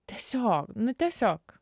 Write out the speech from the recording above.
tiesiog nu tiesiog